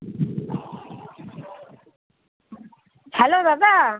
hello দাদা